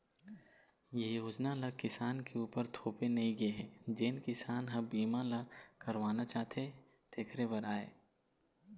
ए योजना ल किसान के उपर थोपे नइ गे हे जेन किसान ह ए बीमा ल करवाना चाहथे तेखरे बर आय